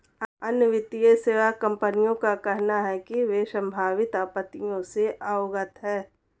अन्य वित्तीय सेवा कंपनियों का कहना है कि वे संभावित आपत्तियों से अवगत हैं